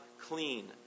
clean